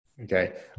okay